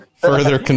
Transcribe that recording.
further